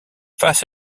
face